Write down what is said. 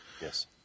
Yes